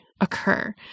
occur